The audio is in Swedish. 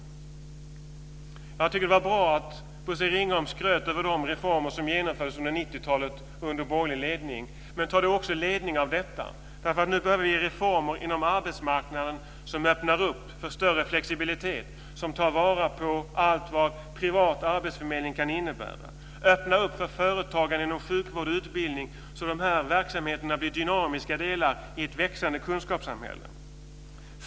Jag tycker att det var bra att Bosse Ringholm skröt över de reformer som genomfördes under 90-talet under borgerlig ledning. Men ta då också ledning av detta. Nu behöver vi nämligen reformer inom arbetsmarknaden som öppnar upp för större flexibilitet, som tar vara på allt vad privat arbetsförmedling kan innebära, som öppnar upp för företagande inom sjukvård och utbildning, så att dessa verksamheter blir dynamiska delar i ett växande kunskapssamhälle.